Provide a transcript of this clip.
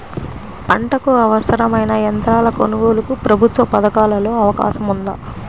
పంటకు అవసరమైన యంత్రాల కొనగోలుకు ప్రభుత్వ పథకాలలో అవకాశం ఉందా?